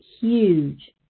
huge